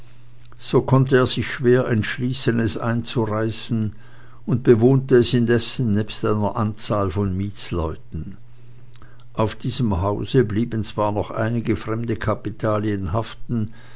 so konnte er sich schwer entschließen es einzureißen und bewohnte es indessen nebst einer anzahl von mietsleuten auf diesem hause blieben zwar noch einige fremde kapitalien haften